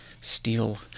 steal